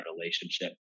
relationship